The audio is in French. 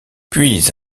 puis